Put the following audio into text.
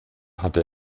hatte